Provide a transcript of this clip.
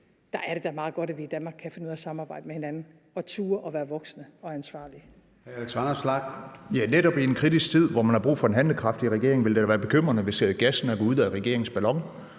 krig er det da meget godt, at vi i Danmark kan finde ud af at samarbejde med hinanden og turde at være voksne og ansvarlige.